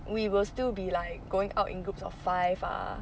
we will still be like going out in groups of five ah